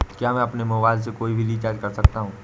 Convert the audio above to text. क्या मैं अपने मोबाइल से कोई भी रिचार्ज कर सकता हूँ?